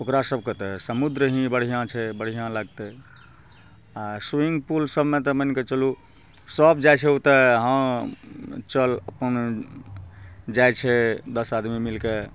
ओकरा सबके तऽ समुद्र ही बढ़िआँ छै बढ़िआँ लागतै आ स्विमिंग पुल सबमे तऽ मानिके चलू सब जाइ छै ओतेक हँ चल अपन जाइ छै दश आदमी मिलके